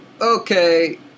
okay